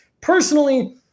personally